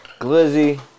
Glizzy